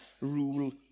rule